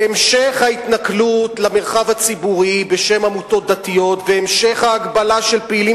שהמשך ההתנכלות למרחב הציבורי בשם עמותות דתיות והמשך ההגבלה של פעילים